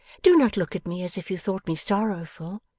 do not look at me as if you thought me sorrowful.